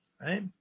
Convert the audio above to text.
right